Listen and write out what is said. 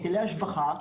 היטלי השבחה,